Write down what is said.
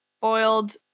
boiled